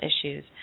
issues